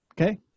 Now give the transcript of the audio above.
Okay